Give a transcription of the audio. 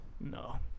No